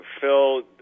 Phil